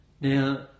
Now